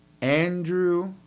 Andrew